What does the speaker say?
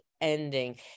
ending